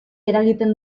eragiten